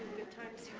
time's